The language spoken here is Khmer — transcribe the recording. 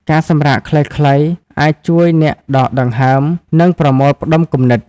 ការសម្រាកខ្លីៗអាចជួយអ្នកដកដង្ហើម និងប្រមូលផ្តុំគំនិត។